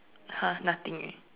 !huh! nothing eh